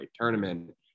tournament